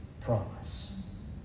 promise